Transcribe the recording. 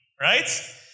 Right